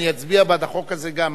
אני אצביע בעד החוק הזה גם,